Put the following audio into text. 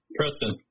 Preston